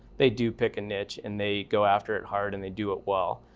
they do pick a niche and they go after it hard and they do it well.